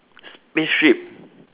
spaceship